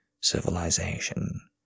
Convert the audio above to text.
civilization